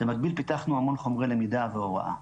במקביל פיתחנו המון חומרי למידה והוראה.